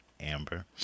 Amber